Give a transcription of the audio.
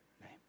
name